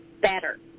better